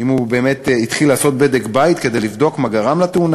האם הוא באמת התחיל לעשות בדק בית כדי לבדוק מה גרם לתאונה?